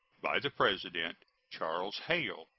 by the president charles hale,